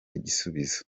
gisubizo